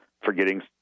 forgetting